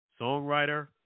songwriter